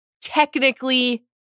technically